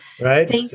Right